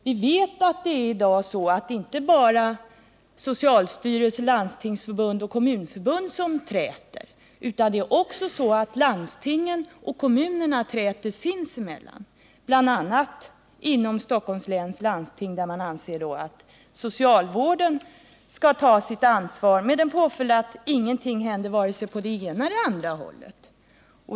Vi vet att det i dag är så att det inte bara är socialstyrelsen, Landstingsförbundet och Kommunförbundet som träter, utan också landstingen och kommunerna träter sinsemellan. Inom Stockholms läns landsting anser man t.ex. att socialvården skall ta sitt ansvar på det här området med den påföljd att ingenting händer vare sig på det ena eller på det andra hållet.